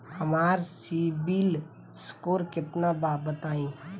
हमार सीबील स्कोर केतना बा बताईं?